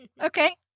Okay